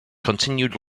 continued